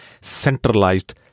centralized